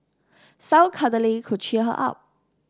some cuddling could cheer her up